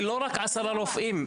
זה לא רק עשרה רופאים,